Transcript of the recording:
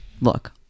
Look